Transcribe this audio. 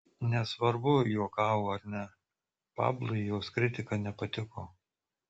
nesvarbu juokavo ar ne pablui jos kritika nepatiko